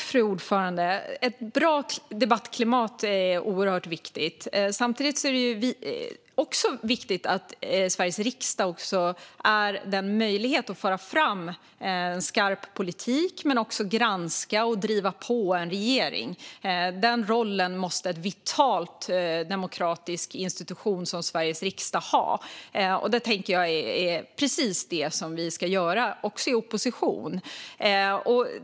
Fru talman! Ett bra debattklimat är oerhört viktigt. Samtidigt är det viktigt att man i Sveriges riksdag har möjlighet att föra fram en skarp politik men också möjlighet att granska och driva på en regering. Den rollen måste en vital demokratisk institution som Sveriges riksdag ha. Jag tycker att det är precis detta vi ska göra också i opposition.